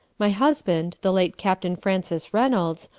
my husband, the late captain francis reynolds,